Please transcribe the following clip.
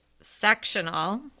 sectional